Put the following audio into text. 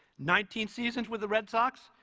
nineteen seasons with the red sox?